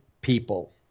people